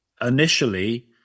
initially